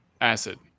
acid